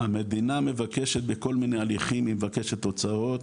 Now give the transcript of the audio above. המדינה מבקשת בכל מיני הליכים, היא מבקשת הוצאות,